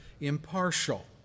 impartial